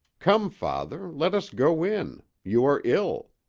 come, father, let us go in you are ill.